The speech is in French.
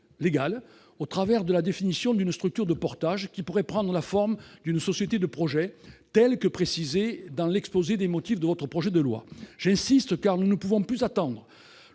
légale, au travers de la définition d'une structure de portage, qui pourrait prendre la forme d'une société de projet, comme cela est précisé dans l'exposé des motifs du projet de loi. J'insiste, car nous ne pouvons plus attendre